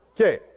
Okay